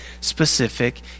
specific